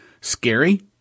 scary